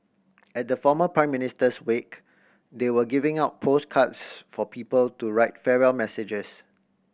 at the former Prime Minister's wake they were giving out postcards for people to write farewell messages